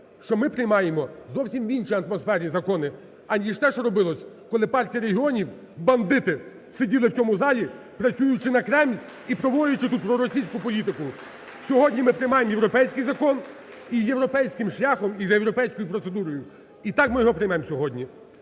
що ми приймаємо в зовсім іншій атмосфері закони, аніж те, що робилось, коли Партія регіонів, бандити сиділи в цьому залі, працюючи на Кремль і проводячи тут проросійську політику. Сьогодні ми приймаємо європейський закон і європейським шляхом і за європейською процедурою. І так ми його приймемо сьогодні.